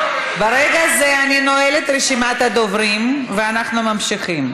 ברגע זה אני נועלת רשימת הדוברים ואנחנו ממשיכים.